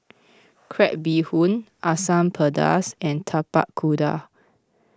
Crab Bee Hoon Asam Pedas and Tapak Kuda